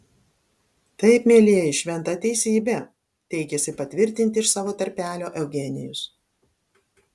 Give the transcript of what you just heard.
taip mielieji šventa teisybė teikėsi patvirtinti iš savo tarpelio eugenijus